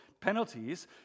penalties